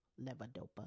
levodopa